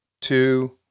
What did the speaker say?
two